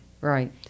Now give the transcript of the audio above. Right